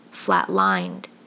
flat-lined